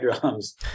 drums